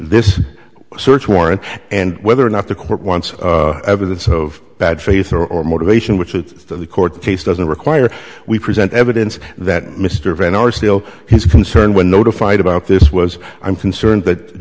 this search warrant and whether or not the court wants evidence of bad faith or or motivation which the court case doesn't require we present evidence that mr van are still his concern when notified about this was i'm concerned that